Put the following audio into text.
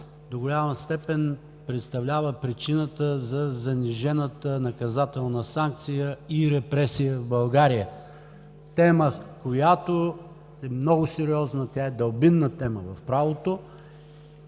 до голяма степен представлява причината за занижената наказателна санкция и репресия в България – тема, която е много сериозна, тя е дълбинна тема в правото,